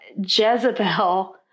Jezebel